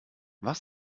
was